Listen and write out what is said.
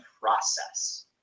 process